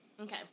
Okay